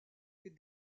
les